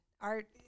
art